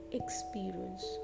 experience